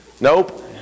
Nope